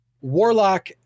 warlock